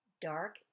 Dark